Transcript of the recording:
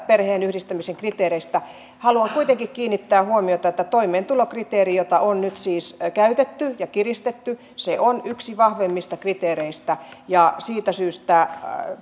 perheenyhdistämisen kriteereistä haluan kuitenkin kiinnittää huomiota siihen että toimeentulokriteeri jota on nyt siis käytetty ja kiristetty on yksi vahvimmista kriteereistä ja siitä syystä